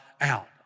out